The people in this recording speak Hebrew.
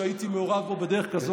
שהייתי מעורב בו בדרך כזאת או אחרת.